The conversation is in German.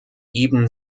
ibn